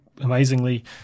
amazingly